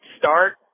start